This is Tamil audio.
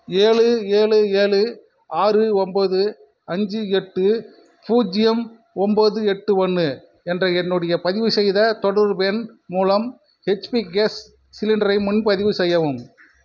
ஏழு ஏழு ஏழு ஆறு ஒம்பது அஞ்சு எட்டு பூஜ்ஜியம் ஒம்பது எட்டு ஒன்று என்ற என்னுடைய பதிவு செய்த தொடர்பு எண் மூலம் ஹச்பி கேஸ் சிலிண்டரை முன்பதிவு செய்யவும்